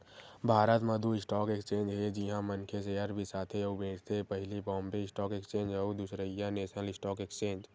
भारत म दू stock exchange हे जिहाँ मनखे सेयर बिसाथे अउ बेंचथे पहिली बॉम्बे स्टॉक एक्सचेंज अउ दूसरइया नेसनल स्टॉक एक्सचेंज